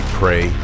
pray